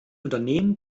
unternehmen